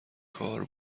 کار